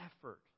effort